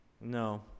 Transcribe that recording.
No